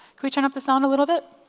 could we turn up the sound a little bit?